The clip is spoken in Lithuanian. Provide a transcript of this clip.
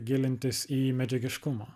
gilintis į medžiagiškumą